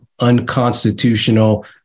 unconstitutional